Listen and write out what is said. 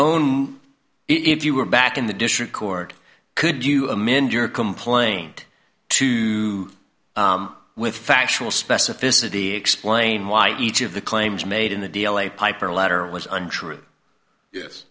y if you were back in the district court could you amend your complaint to with factual specificity explain why each of the claims made in the d l a piper letter was untrue yes